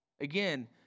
Again